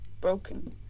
broken